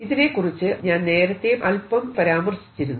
ഇതിനെക്കുറിച്ച് ഞാൻ നേരത്തെ അല്പം പരാമർശിച്ചിരുന്നു